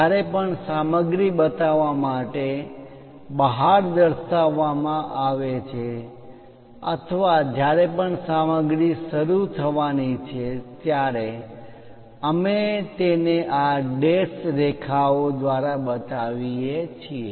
જ્યારે પણ સામગ્રી બતાવવા માટે બહાર દર્શાવવામાં આવે છે અથવા જ્યારે પણ સામગ્રી શરૂ થવાની છે ત્યારે અમે તેને આ ડૅશ રેખાઓ લાઇનો દ્વારા બતાવીએ છીએ